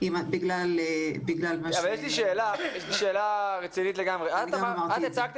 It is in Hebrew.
בגלל מה ש --- יש לי שאלה רצינית לגמרי: את הצגת